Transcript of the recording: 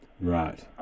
Right